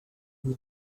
you